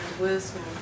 wisdom